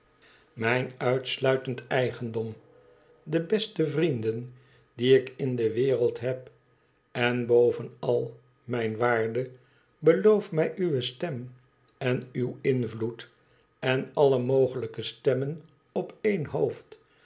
mijn tiitstuitend eigendom de beste vrienden die ik in de wereld heb en bovenal mijn waarde beloof mij uwe stem en uw invloed en alle mogelijke stemmen op één hoofd